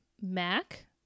mac